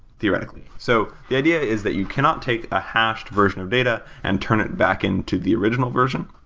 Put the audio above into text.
theoretically. so the idea is that you cannot take a hashed version of data and turn it back into the original version.